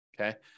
okay